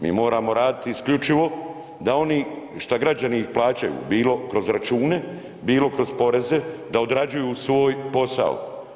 Mi moramo raditi isključivo da oni šta građani ih plaćaju bilo kroz račune, bilo kroz poreze da odrađuju svoj posao.